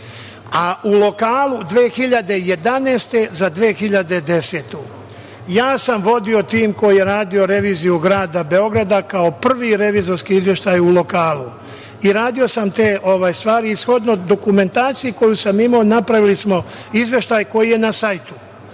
a u lokalu 2011. godine za 2010. godinu. Ja sam vodio tim koji je radio reviziju Grada Beograda, kao prvi revizorski izveštaj u lokalu i radio sam te stvari. Shodno dokumentaciji koju sam imao, napravili smo izveštaj koji je na sajtu.